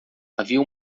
havia